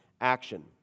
action